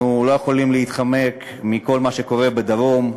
אנחנו כמובן לא יכולים להתחמק מכל מה שקורה בדרום,